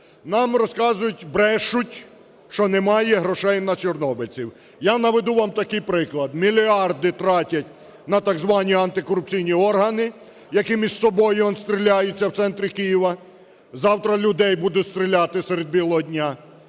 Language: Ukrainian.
Нам розказують, брешуть, що немає грошей на чорнобильців. Я наведу вам такий приклад: мільярди тратять на так звані антикорупційні органи, які між собою он стріляються в центрі Києва, завтра людей будуть стріляти серед білого дня,